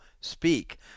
Speak